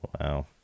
Wow